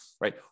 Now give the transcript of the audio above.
Right